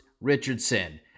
Richardson